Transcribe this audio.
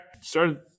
started